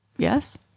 Yes